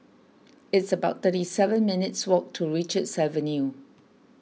it's about thirty seven minutes' walk to Richards Avenue